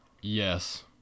yes